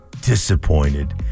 disappointed